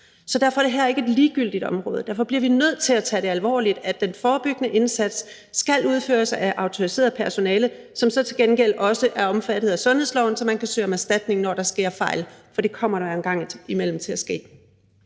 Så derfor er det her ikke et ligegyldigt område; og derfor bliver vi nødt til at tage alvorligt, at den forebyggende indsats skal udføres af autoriseret personale, som så til gengæld også er omfattet af sundhedsloven, så man kan søge om erstatning, når der sker fejl, for det kommer der en gang imellem til at ske.